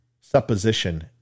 supposition